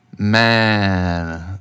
Man